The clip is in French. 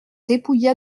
dépouilla